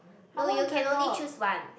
no you can only choose one